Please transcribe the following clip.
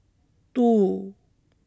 two